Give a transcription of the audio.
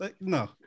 No